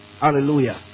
Hallelujah